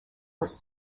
was